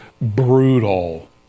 brutal